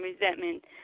resentment